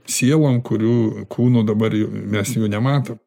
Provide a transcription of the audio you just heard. sielom kurių kūnų dabar jau mes jų nematom